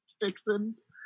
fixins